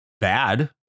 bad